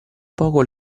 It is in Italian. poco